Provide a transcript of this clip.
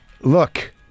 look